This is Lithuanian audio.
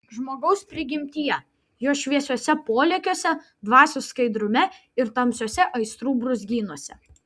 žmogaus prigimtyje jo šviesiuose polėkiuose dvasios skaidrume ir tamsiuose aistrų brūzgynuose